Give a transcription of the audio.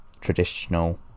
traditional